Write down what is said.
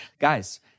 Guys